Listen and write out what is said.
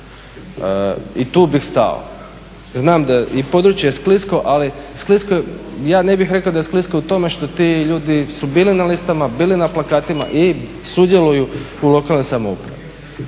I tu bih stao. Znam da područje je sklisko, ali sklisko je, ja ne bih rekao da je sklisko u tome što ti ljudi su bili na listama, bili na plakatima i sudjeluju u lokalnoj samoupravi.